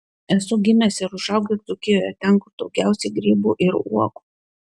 esu gimęs ir užaugęs dzūkijoje ten kur daugiausiai grybų ir uogų